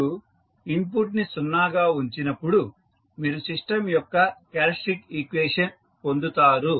మీరు ఇన్పుట్ ని 0 గా ఉంచినప్పుడు మీరు సిస్టం యొక్క క్యారెక్టరిస్టిక్ ఈక్వేషన్ పొందుతారు